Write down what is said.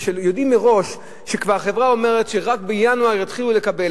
כשיודעים מראש שהחברה אומרת שרק בינואר יתחילו לקבל?